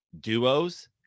duos